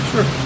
Sure